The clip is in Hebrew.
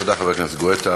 תודה, חבר הכנסת גואטה.